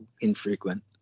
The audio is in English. infrequent